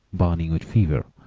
burning with fever,